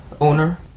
owner